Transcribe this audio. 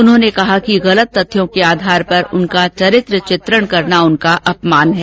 उन्होंने कहा कि गलत तथ्यों के आधार पर उनका चरित्र चित्रण करना उनका अपमान है